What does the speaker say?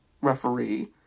referee